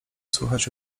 słychać